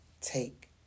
take